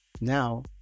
Now